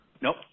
Nope